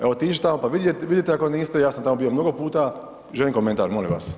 Evo, otiđi tamo pa vidite ako niste, ja sam tamo bio mnogo puta, želim komentar molim vas.